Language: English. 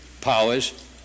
powers